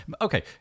Okay